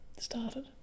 started